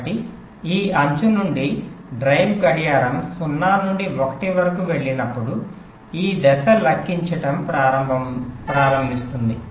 కాబట్టి ఈ అంచు నుండి డ్రైవ్ గడియారం 0 నుండి 1 వరకు వెళ్ళినప్పుడు ఈ దశ లెక్కించటం ప్రారంభిస్తుంది